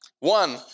One